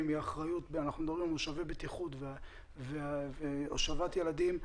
היא אחריות ואנחנו מדברים על מושבי בטיחות והושבת ילדים.